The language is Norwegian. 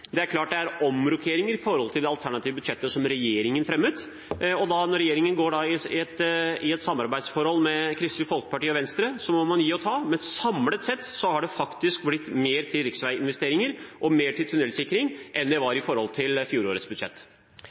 Det er klart det er omrokkeringer i forhold til det alternative budsjettet regjeringen fremmet. Når regjeringen da går i et samarbeidsforhold med Kristelig Folkeparti og Venstre, må man gi og ta, men samlet sett har det faktisk blitt mer til riksveiinvesteringer og mer til tunnelsikring enn det var i fjorårets budsjett. Det er riktig som representanten sier, at det er blitt mer til